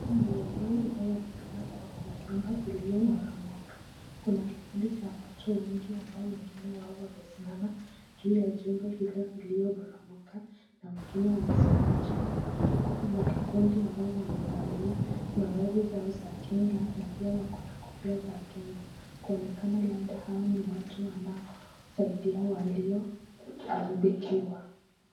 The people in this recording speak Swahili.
Ni eneo inayoonekana kuwa kuna nyumba ilyoporomka. Kuna kikundi cha watu wengi ambao wengine wao wamesimama juu ya jengo hilo iliyoporomoka na wengine wamesimama chini. Huku kuna kikundi ambayo wamevalia mavazi zao za kinga na pia wakona kofia za kinga. Kuonekana labda hao ni watu wanaosaidia walioharibikiwa.